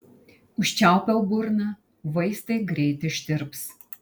užčiaupiau burną vaistai greit ištirps